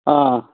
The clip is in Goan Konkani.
आं